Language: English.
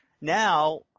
Now